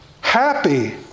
Happy